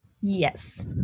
yes